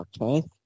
okay